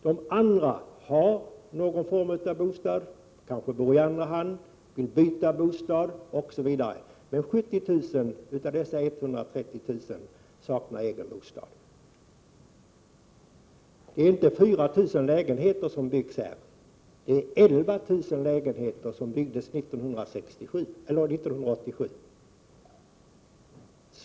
De andra har någon form av bostad; de bor kanske i andra hand eller vill byta bostad osv. Men 70 000 av dessa 130 000 saknar egen bostad. Dessutom: Det är inte 4 000 lägenheter som byggs här, utan det är 11 000 lägenheter som byggdes 1987.